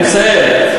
אני מסיים.